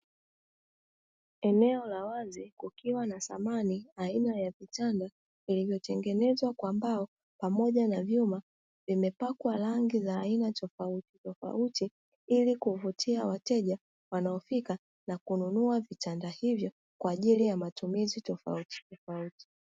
Eneo la wazi kukiwa na samani aina ya vitanda iliyotengenezwa kwa mbao pamoja na vyuma, vimepakwa rangi za aina tofautitofauti, ili kuvutia wateja wanaofika na kununua vitanda hivyo kwa ajili ya matumizi tofauti tofauti.